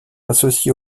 associés